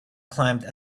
climbed